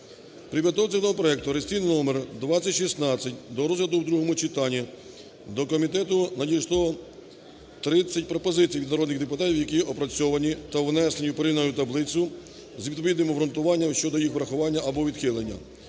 При підготовці даного проекту, реєстраційний номер 2016, до розгляду в другому читанні до комітету надійшло 30 пропозицій від народних депутатів, які опрацьовані та внесені у порівняльну таблицю з відповідним обґрунтуванням щодо їх врахування або відхилення.